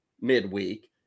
midweek